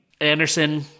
anderson